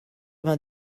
vingt